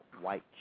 White